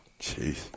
Jeez